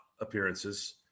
appearances –